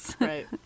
right